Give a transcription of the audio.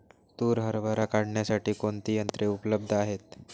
तूर हरभरा काढण्यासाठी कोणती यंत्रे उपलब्ध आहेत?